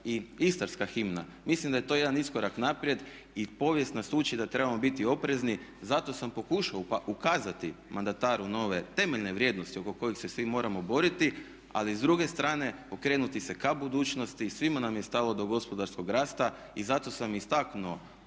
i Istarska himna? Mislim da je to jedan iskorak naprijed i povijest nas uči da trebamo biti oprezni. Zato sam pokušao ukazati mandataru nove temeljne vrijednosti oko kojih se uvijek s tim moramo boriti, ali s druge strane okrenuti se ka budućnosti. Svima nam je stalo do gospodarskog rasta i zato sam istaknuo